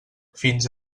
fins